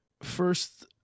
first